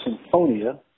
Symphonia